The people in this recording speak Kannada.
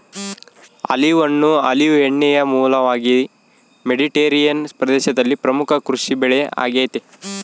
ಆಲಿವ್ ಹಣ್ಣು ಆಲಿವ್ ಎಣ್ಣೆಯ ಮೂಲವಾಗಿ ಮೆಡಿಟರೇನಿಯನ್ ಪ್ರದೇಶದಲ್ಲಿ ಪ್ರಮುಖ ಕೃಷಿಬೆಳೆ ಆಗೆತೆ